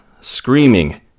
Screaming